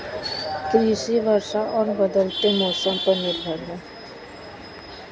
कृषि वर्षा और बदलते मौसम पर निर्भर है